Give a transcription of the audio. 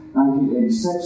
1986